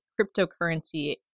cryptocurrency